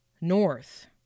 north